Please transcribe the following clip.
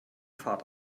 fahrt